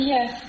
Yes